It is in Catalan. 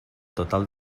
total